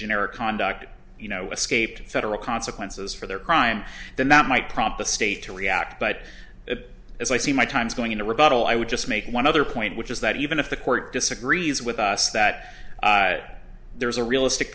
generic conduct you know escaped federal consequences for their crime then that might prompt the state to react but as i see my time's going in a rebuttal i would just make one other point which is that even if the court disagrees with us that there is a realistic